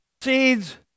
seeds